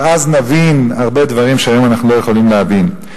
ואז נבין הרבה דברים שהיום אנחנו לא יכולים להבין.